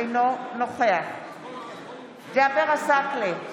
אינו נוכח ג'אבר עסאקלה,